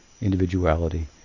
individuality